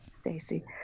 Stacy